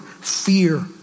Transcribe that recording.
fear